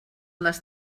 les